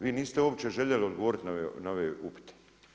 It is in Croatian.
Vi niste uopće željeli odgovoriti na ove upite.